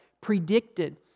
predicted